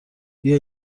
بیا